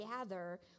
gather